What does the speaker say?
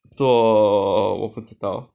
做我不知道